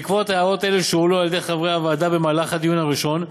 בעקבות הערות שהעלו חברי הוועדה בדיון הראשון.